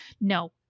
No